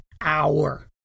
hour